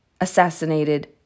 assassinated